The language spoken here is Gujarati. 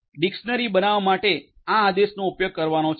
ડીક્ષનરી બનાવવા માટે આ આદેશનો ઉપયોગ કરવાનો છે